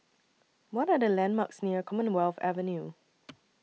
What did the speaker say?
What Are The landmarks near Commonwealth Avenue